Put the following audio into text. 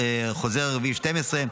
חוזר 4/12,